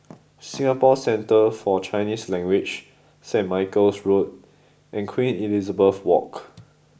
Singapore Centre For Chinese Language Saint Michael's Road and Queen Elizabeth Walk